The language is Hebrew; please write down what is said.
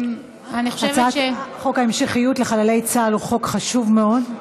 הצעת חוק ההמשכיות לחיילי צה"ל הוא חוק חשוב מאוד.